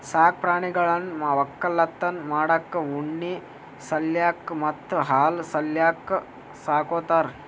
ಸಾಕ್ ಪ್ರಾಣಿಗಳನ್ನ್ ವಕ್ಕಲತನ್ ಮಾಡಕ್ಕ್ ಉಣ್ಣಿ ಸಲ್ಯಾಕ್ ಮತ್ತ್ ಹಾಲ್ ಸಲ್ಯಾಕ್ ಸಾಕೋತಾರ್